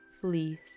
fleece